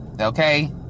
Okay